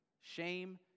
Shame